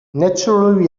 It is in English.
naturally